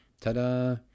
ta-da